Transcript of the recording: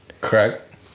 Correct